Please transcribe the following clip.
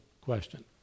question